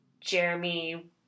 Jeremy